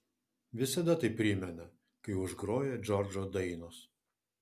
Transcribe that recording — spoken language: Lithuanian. visada tai primena kai užgroja džordžo dainos